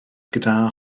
gyda